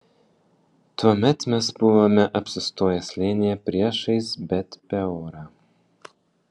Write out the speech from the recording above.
tuomet mes buvome apsistoję slėnyje priešais bet peorą